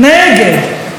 נגד,